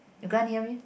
you can't hear me